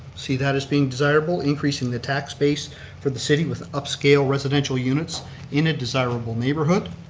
see that as being desirable, increasing the tax base for the city with upscale residential units in a desirable neighborhood.